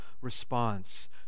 response